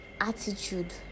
attitude